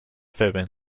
fibbing